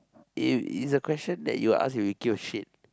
it's a question that you ask if you give a shit